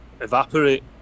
evaporate